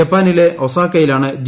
ജപ്പാനിലെ ഒസാക്കയിലാണ് ജി